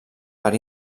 per